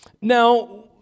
Now